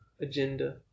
agenda